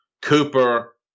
Cooper